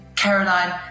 Caroline